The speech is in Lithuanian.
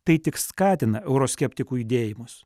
tai tik skatina euroskeptikų judėjimus